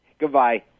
Goodbye